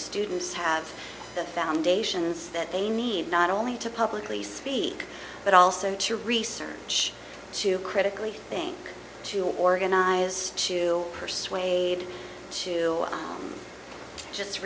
students have the foundations that they need not only to publicly speak but also to research to critically things to organize to persuade to just